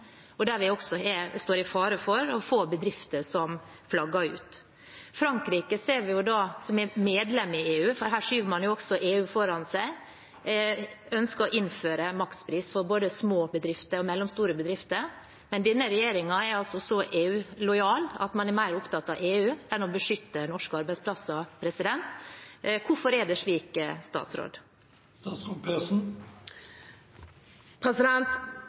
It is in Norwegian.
Vi står også i fare for å få bedrifter som flagger ut. Her skyver man også EU foran seg. Frankrike, som er medlem i EU, ønsker å innføre makspris for både små og mellomstore bedrifter, mens denne regjeringen altså er så EU-lojal at man er mer opptatt av EU enn av å beskytte norske arbeidsplasser. Hvorfor er det slik?